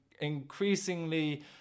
increasingly